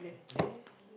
there